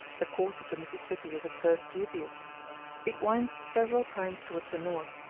the course of the mississippi is at first dubious it winds several times towards the north,